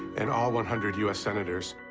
and all one hundred u s. senators.